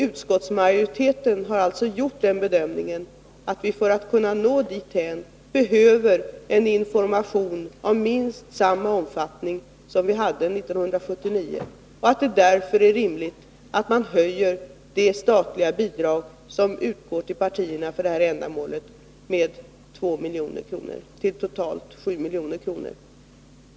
Utskottetsmajoriteten har gjort bedömningen att vi för att kunna nå dithän behöver sprida en information av minst samma omfattning som den vi lämnade 1979 och att det därför är rimligt att höja det statliga bidrag som utgår till partierna för detta ändamål med 2 milj.kr. till totalt 7 milj.kr.